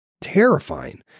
terrifying